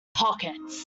pockets